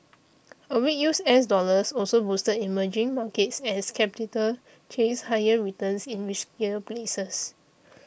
a weak use S dollars also boosted emerging markets as capital chased higher returns in riskier places